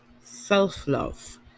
self-love